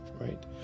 right